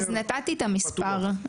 נתתי את המספר.